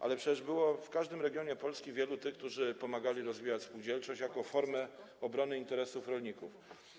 Ale przecież było w każdym regionie Polski wielu tych, którzy pomagali rozwijać spółdzielczość jako formę obrony interesów rolników.